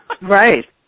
Right